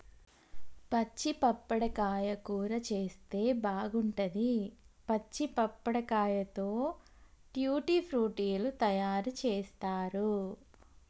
పచ్చి పప్పడకాయ కూర చేస్తే బాగుంటది, పచ్చి పప్పడకాయతో ట్యూటీ ఫ్రూటీ లు తయారు చేస్తారు